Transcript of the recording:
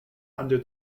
under